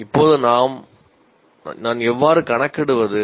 இப்போது நான் எவ்வாறு கணக்கிடுவது